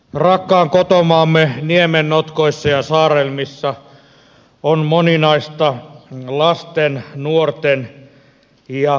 rakkaan kotomaamme niemennotkoissa ja saarelmissa on moninaista lasten nuorten ja perheiden hätää